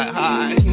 high